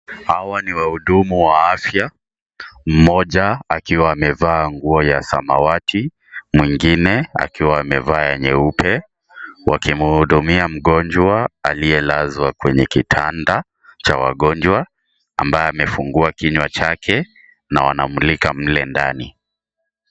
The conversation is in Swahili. Hawa ni wahudumu wa afya, mmoja akiwa amevaa nguo ya samawati , mwingine akiwa amevaa nyeupe, wakimhudumia mgonjwa aliyelazwa kwenye kitanda cha wagonjwa, ambaye amefungua kinywa chake na wanamulika mle ndani.